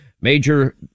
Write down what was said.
Major